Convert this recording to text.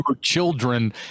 children